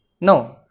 No